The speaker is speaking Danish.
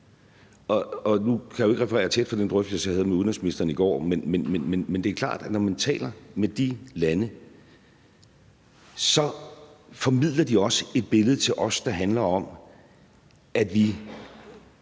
Nu kan jeg jo ikke referere nærmere fra den drøftelse, jeg havde med udenrigsministeren i går, men det er klart, at når man taler med de lande, så formidler de også et billede til os, der handler om, at vi